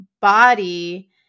body